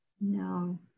No